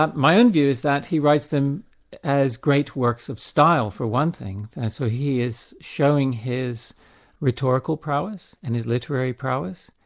um my own view is that he writes them as great works of style, for one thing. and so he is showing his rhetorical prowess and his literary prowess,